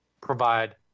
provide